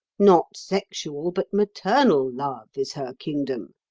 not sexual, but maternal love is her kingdom.